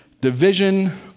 Division